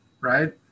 right